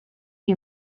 you